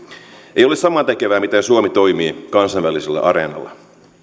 ei ole samantekevää miten suomi toimii kansainvälisellä areenalla